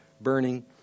burning